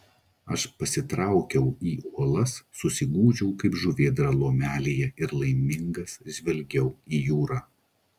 aš pasitraukiau į uolas susigūžiau kaip žuvėdra lomelėje ir laimingas žvelgiau į jūrą